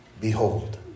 Behold